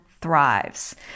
thrives